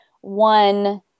one